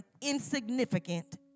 insignificant